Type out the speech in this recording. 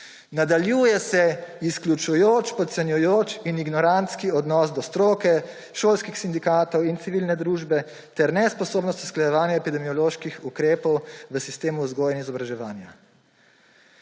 Nadaljuje se izključujoč, podcenjujoč in ignorantski odnos do stroke, šolskih sindikatov in civilne družbe ter nesposobnost usklajevanja epidemioloških ukrepov v sistemu vzgoje in izobraževanja.